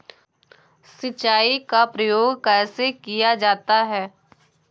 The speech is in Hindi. सिंचाई का प्रयोग कैसे किया जाता है?